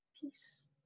peace